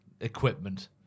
equipment